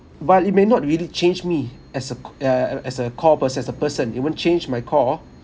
while it may not really change me as a co~ uh as a core perso~ as a person it won't change my core